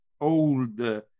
old